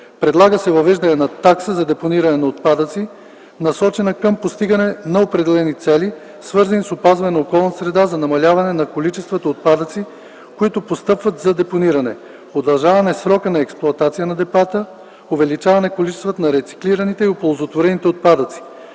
Предлага се въвеждане на такса за депониране на отпадъци, насочена към постигане на определени цели, свързани с опазване на околната среда за намаляване на количествата отпадъци, които постъпват за депониране; удължаване срока на експлоатация на депата; увеличаване количествата на рециклираните и оползотворените отпадъци;